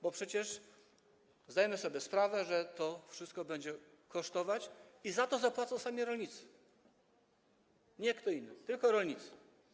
Bo przecież zdajemy sobie sprawę, że to wszystko będzie kosztować i za to zapłacą sami rolnicy, nie kto inny, tylko rolnicy.